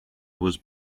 was